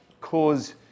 cause